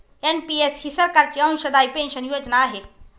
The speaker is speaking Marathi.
एन.पि.एस ही सरकारची अंशदायी पेन्शन योजना आहे